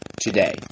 today